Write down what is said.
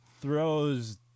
throws